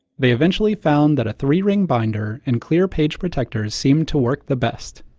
they eventually found that a three ring binder, and clear page protectors seemed to work the best.